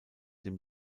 dem